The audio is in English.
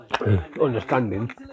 understanding